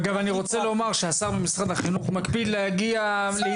אגב אני רוצה לומר שהשר ממשרד החינוך מקפיד להגיע לעיתים דחופות.